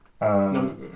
No